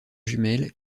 jumelle